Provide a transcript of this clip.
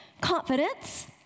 confidence